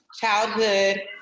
childhood